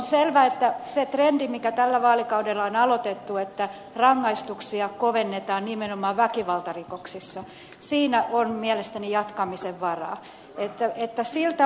on selvä että siinä trendissä joka tällä vaalikaudella on aloitettu siinä että rangaistuksia kovennetaan nimenomaan väkivaltarikoksissa on mielestäni jatkamisen varaa